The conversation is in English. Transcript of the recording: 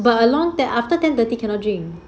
but along there after ten thirty cannot drink